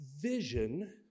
vision